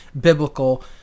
biblical